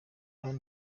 hano